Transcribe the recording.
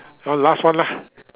last one ah